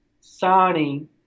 signing